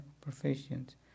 professions